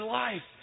life